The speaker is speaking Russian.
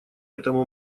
этому